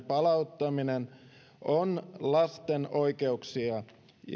palauttaminen on lasten oikeuksia